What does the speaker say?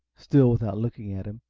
still without looking at him,